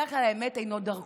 בדרך כלל האמת אינה דרכו.